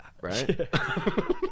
right